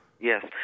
Yes